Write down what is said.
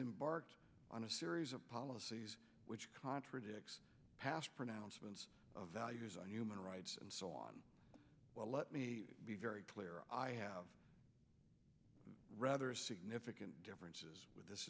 embarked on a series of policies which contradicts past pronouncements of values on human rights and so on well let me be very clear i have rather significant differences with